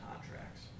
contracts